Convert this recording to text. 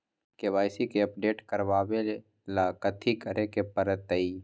KYC के update करवावेला कथि करें के परतई?